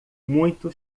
muito